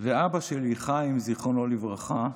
ואבא שלי חיים, זיכרונו לברכה,